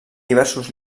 diversos